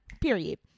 Period